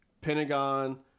Pentagon